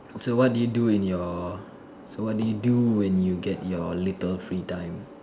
so what do you do in your so what do you do when you get your little free time